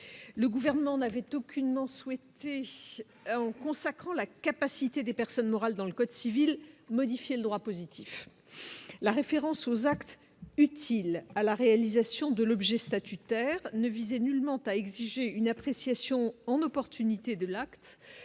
Le gouvernement n'avait aucunement souhaité en consacrant la capacité des personnes morales dans le code civil modifié le droit positif, la référence aux actes utiles à la réalisation de l'objet statutaire ne visait nullement à exiger une appréciation en opportunité de l'acte